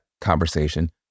conversation